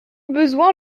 besoin